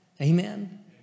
Amen